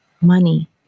money